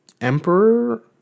Emperor